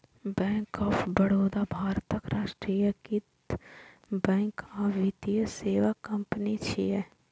bank of Baroda भारतक राष्ट्रीयकृत bank आ वित्तीय सेवा कंपनी छियै